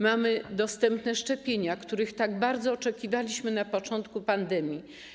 Mamy dostępne szczepienia, których tak bardzo oczekiwaliśmy na początku pandemii.